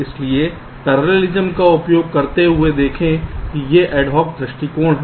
इसलिए पैरेललिज्म का उपयोग करते हुए देखें कि ये बहुत एडहॉक दृष्टिकोण हैं